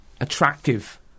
attractive